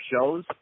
shows